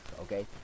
Okay